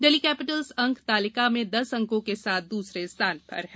Delhi Capitals अंक तालिका में दस अंकों के साथ दूसरे स्थान पर है